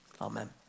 Amen